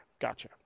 Gotcha